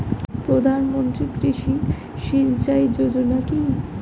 প্রধানমন্ত্রী কৃষি সিঞ্চয়ী যোজনা কি?